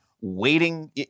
waiting